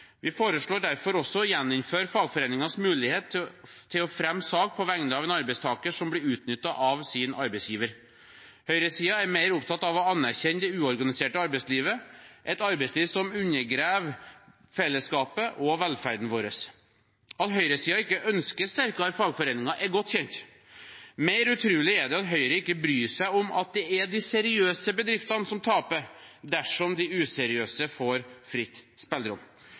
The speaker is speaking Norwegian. Vi foreslår derfor også å gjeninnføre fagforeningens mulighet til å fremme sak på vegne av en arbeidstaker som blir utnyttet av sin arbeidsgiver. Høyresiden er mer opptatt av å anerkjenne det uorganiserte arbeidslivet, et arbeidsliv som undergraver fellesskapet og velferden vår. At høyresiden ikke ønsker sterkere fagforeninger, er godt kjent. Mer utrolig er det at Høyre ikke bryr seg om at det er de seriøse bedriftene som taper dersom de useriøse får fritt spillerom.